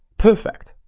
perfect.